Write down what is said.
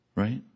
Right